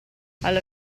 alla